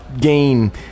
gain